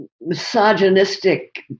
misogynistic